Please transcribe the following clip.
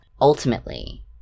ultimately